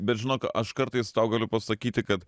bet žinok aš kartais tau galiu pasakyti kad